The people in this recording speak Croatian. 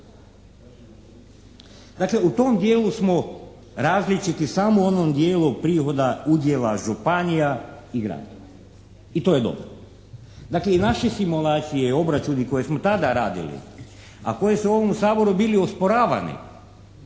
Dakle, u tom dijelu smo različiti samo u onom dijelu prihoda udjela županija i gradova i to je dobro. Dakle, i naše simulacije i obračuni koje smo tada radili, a koje su u ovom Saboru bili osporavani